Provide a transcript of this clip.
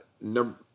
number